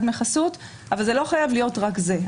דמי חסות אבל זה לא חייב להיות רק זה.